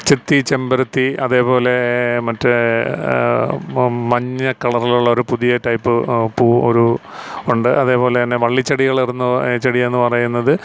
ചെത്തി ചെമ്പരത്തി അതെ പോലേ മറ്റേ മ് മഞ്ഞ കളറിലുള്ള ഒരു പുതിയ ടൈപ്പ് പു ഒരു ഉണ്ട് അതെപോലെതന്നെ വള്ളിച്ചെടികൾ ഇടുന്ന ചെടിയെന്നു പറയുന്നത്